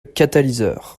catalyseur